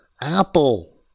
Apple